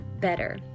better